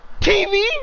TV